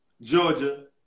Georgia